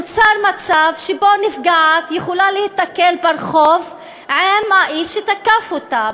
נוצר מצב שכל נפגעת יכולה להיתקל ברחוב באיש שתקף אותה,